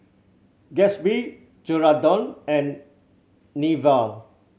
Gatsby Geraldton and Nivea